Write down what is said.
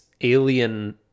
alien